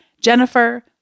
Jennifer